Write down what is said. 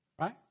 Right